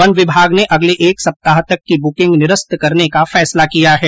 one विभाग ने अगले एक एप्ताह तक की बुकिंग निरस्त करने का फैसला किया है